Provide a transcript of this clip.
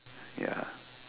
ya